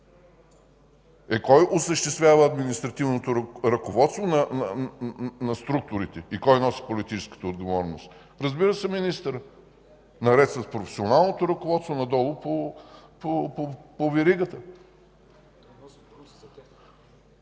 Кой осъществява административното ръководство на структурите и кой носи политическата отговорност? Разбира се, че министърът, наред с професионалното ръководство надолу по веригата.